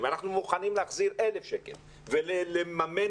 אנחנו מוכנים להחזיר גם 1,000 שקל וגם לממן